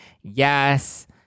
yes